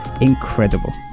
incredible